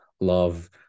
love